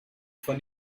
for